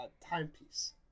timepiece